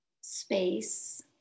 space